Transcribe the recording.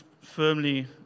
firmly